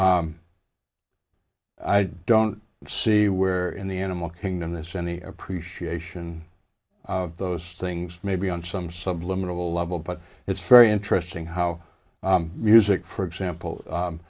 i don't see where in the animal kingdom this any appreciation of those things maybe on some subliminal level but it's very interesting how music for example